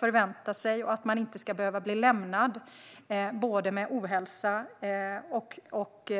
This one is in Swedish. Det har individen rätt att förvänta sig, för man ska inte behöva bli lämnad med ohälsa och